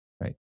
right